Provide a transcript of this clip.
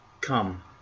come